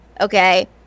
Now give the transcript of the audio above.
Okay